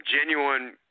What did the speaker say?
genuine